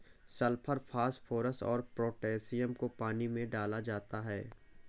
sulphur phosphorus और potassium को पानी में डाला जाता है